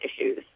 issues